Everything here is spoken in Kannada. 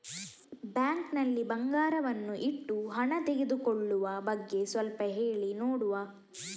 ಬ್ಯಾಂಕ್ ನಲ್ಲಿ ಬಂಗಾರವನ್ನು ಇಟ್ಟು ಹಣ ತೆಗೆದುಕೊಳ್ಳುವ ಬಗ್ಗೆ ಸ್ವಲ್ಪ ಹೇಳಿ ನೋಡುವ?